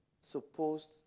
supposed